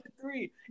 three